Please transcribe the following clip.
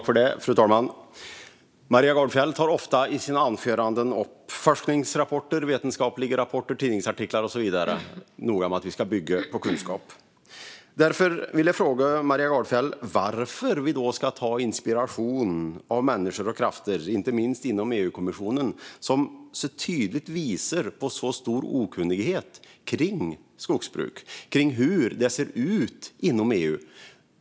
Fru talman! Maria Gardfjell tar ofta i sina anföranden upp forskningsrapporter, vetenskapliga rapporter, tidningsartiklar och så vidare. Hon är noga med att bygga på kunskap. Varför ska vi då ta inspiration, Maria Gardfjell, av människor och krafter, inte minst inom EU-kommissionen, som så tydligt visar på så stor okunnighet om skogsbruk, om hur det ser ut inom EU?